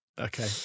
okay